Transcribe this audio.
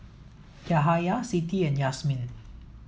Yahaya Siti and Yasmin